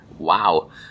wow